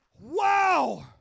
wow